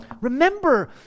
remember